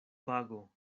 pago